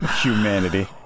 Humanity